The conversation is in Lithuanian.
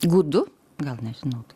gūdu gal nežinau